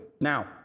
Now